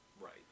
right